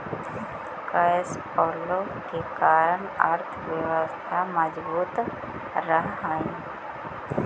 cash flow के कारण अर्थव्यवस्था मजबूत रहऽ हई